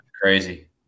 Crazy